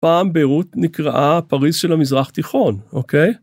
פעם ביירות נקראה פריז של המזרח תיכון, אוקיי?